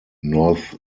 north